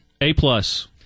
A-plus